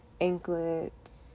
Anklets